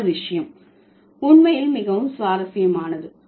அடுத்த விஷயம் உண்மையில் மிகவும் சுவாரஸ்யமானது